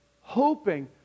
Hoping